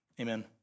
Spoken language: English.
amen